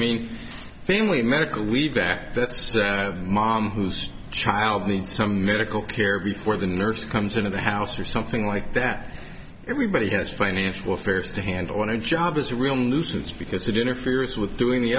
the family medical leave act that's the mom whose child needs some medical care before the nurse comes into the house or something like that everybody has financial affairs to handle on a job as a real nuisance because it interferes with doing the